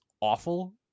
awful